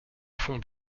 fond